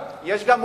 יש גם עובדות.